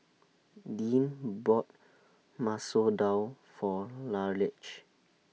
Deane bought Masoor Dal For Raleigh